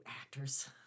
Actors